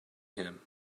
him